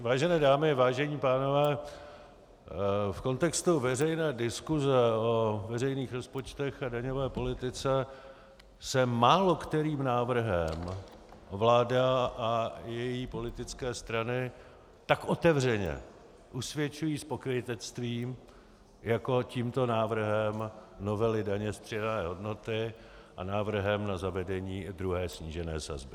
Vážené dámy, vážení pánové, v kontextu veřejné diskuse o veřejných rozpočtech a daňové politice se málokterým návrhem vláda a její politické strany tak otevřeně usvědčují z pokrytectví jako tímto návrhem novely daně z přidané hodnoty a návrhem na zavedení druhé snížené sazby.